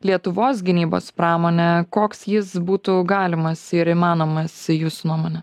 lietuvos gynybos pramone koks jis būtų galimas ir įmanomas jūsų nuomone